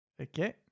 Okay